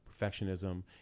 perfectionism